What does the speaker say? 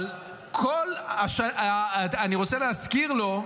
אבל אני רוצה להזכיר לו,